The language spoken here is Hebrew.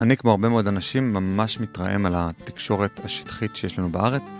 אני כמו הרבה מאוד אנשים ממש מתרעם על התקשורת השטחית שיש לנו בארץ.